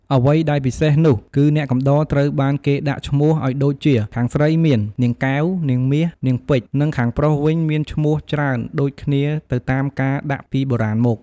អ្វីដែលពិសេសនោះ គឺអ្នកកំដរត្រូវបានគេដាក់ឈ្មោះឱ្យដូចជាខាងស្រីមាន នាងកែវ នាងមាស នាងពេជ្យ និងខាងប្រុសវិញមានឈ្មោះច្រើនដូចគ្នាទៅតាមការដាក់ពីបុរាណមក។